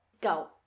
go